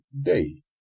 day